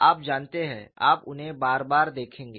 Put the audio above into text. आप जानते हैं आप उन्हें बार बार देखेंगे